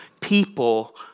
people